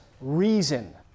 reason